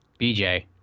BJ